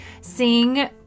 sing